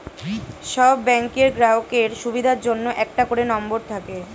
সব ব্যাংকের গ্রাহকের সুবিধার জন্য একটা করে নম্বর থাকে